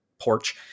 porch